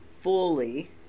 fully